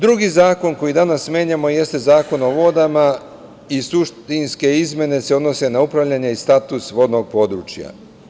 Drugi zakon, koji danas menjamo, jeste Zakon o vodama i suštinske izmene se odnose na upravljanje i status vodnog područja.